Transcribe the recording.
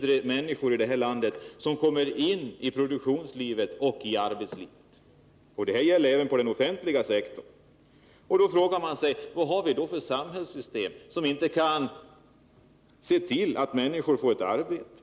färre människor i det här landet kommer in i produktionslivet och i arbetslivet. Och det gäller även på den offentliga sektorn. Då frågar man sig: Vad har vi för samhällssystem, som inte kan se till att människor får ett arbete?